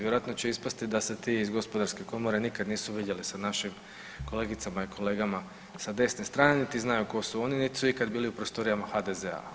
Vjerojatno će ispasti da se ti iz Gospodarske komore nikada nisu vidjeli sa našim kolegicama i kolegama sa desne strane niti znaju tko su oni nit su ikad bili u prostorijama HDZ-a.